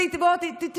לא הבנתי.